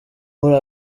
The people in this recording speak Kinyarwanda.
muri